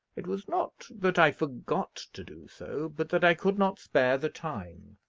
it was not that i forgot to do so, but that i could not spare the time.